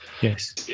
yes